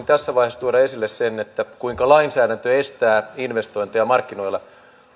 tässä vaiheessa tuoda esille sen kuinka lainsäädäntö estää investointeja markkinoilla